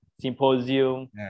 Symposium